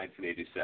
1987